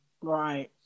Right